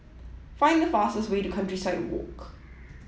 find the fastest way to Countryside Walk